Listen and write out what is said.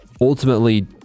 ultimately